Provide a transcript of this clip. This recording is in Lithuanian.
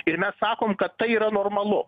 ir mes sakom kad tai yra normalu